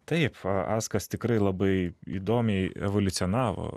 taip askas tikrai labai įdomiai evoliucionavo